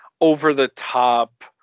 over-the-top